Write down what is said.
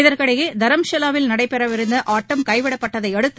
இதற்கிடையே தரம்சாவாவில் நடைபெறவிருந்தஆட்டம் கைவிடப்பட்டதையடுத்து